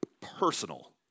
personal